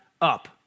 up